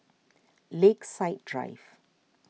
Lakeside Drive